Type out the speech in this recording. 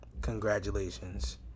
congratulations